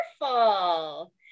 Wonderful